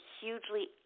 hugely